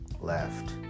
left